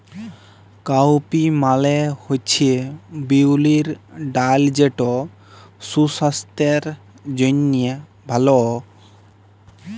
cowpea মালে হছে বিউলির ডাল যেট সুসাস্থের জ্যনহে ভাল